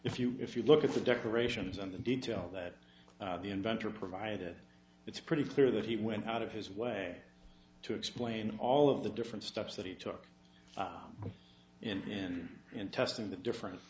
if you if you look at the decorations and the detail that the inventor provided it's pretty clear that he went out of his way to explain all of the different steps that he took in in testing the differen